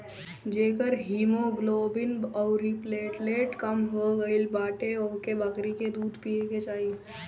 जेकर हिमोग्लोबिन अउरी प्लेटलेट कम हो गईल बाटे ओके बकरी के दूध पिए के चाही